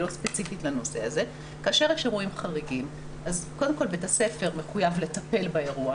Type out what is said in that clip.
לא ספציפית לנושא הזה אז קודם כל בית הספר מחויב לטפל באירוע,